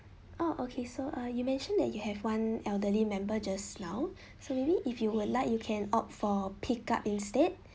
oh okay so uh you mentioned that you have one elderly member just now so maybe if you would like you can opt for pick up instead